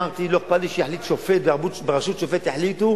אמרתי שלא אכפת לי שוועדה בראשות שופט תחליט,